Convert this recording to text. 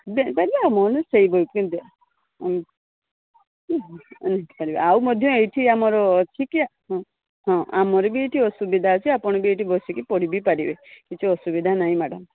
ନେଇପାରିବେ ଆମର ସବୁ ସୁବିଧା ଆଉ ପାରିବେ ଆଉ ମଧ୍ୟ ଏଠି ଆମର ଅଛି କି ହଁ ହଁ ଆମର ବି ଏଠି ସୁବିଧା ଅଛି ଆପଣ ବି ବସିକି ପଢ଼ି ବି ପାରିବେ କିଛି ଅସୁବିଧା ନାହିଁ ମ୍ୟାଡମ୍